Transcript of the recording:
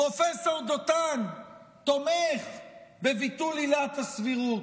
פרופ' דותן תומך בביטול עילת הסבירות.